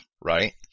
right